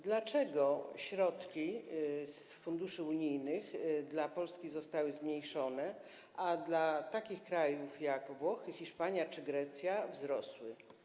Dlaczego środki z funduszy unijnych dla Polski zostały zmniejszone, a dla krajów takich jak Włochy, Hiszpania czy Grecja one wzrosły?